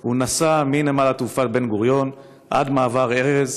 הוא נסע מנמל התעופה בן-גוריון עד מעבר ארז,